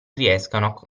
riescano